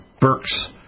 Burks